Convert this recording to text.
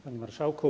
Panie Marszałku!